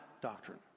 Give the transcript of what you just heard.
doctrine